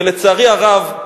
ולצערי הרב,